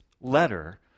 letter